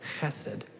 chesed